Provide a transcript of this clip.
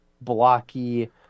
blocky